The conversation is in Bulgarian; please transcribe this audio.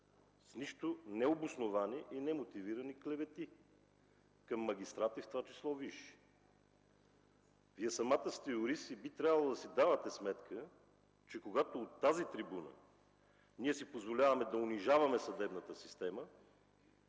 с нищо необосновани и немотивирани клевети към магистрати, в това число висши. Вие самата сте юрист и би трябвало да си давате сметка, че когато от тази трибуна си позволяваме да унижаваме съдебната система,